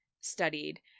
studied